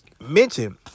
mention